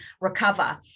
recover